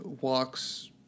walks